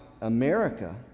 America